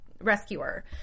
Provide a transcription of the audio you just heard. rescuer